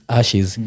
ashes